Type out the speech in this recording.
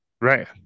Right